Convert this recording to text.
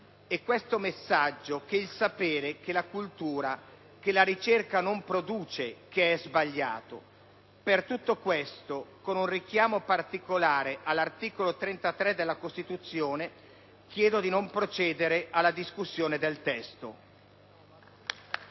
È questo messaggio che il sapere, la cultura e la ricerca non producono che è sbagliato! Per tutti questi motivi, con un richiamo particolare all'articolo 33 della Costituzione, chiedo di non procedere alla discussione del testo,